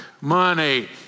money